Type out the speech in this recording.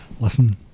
listen